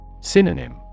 Synonym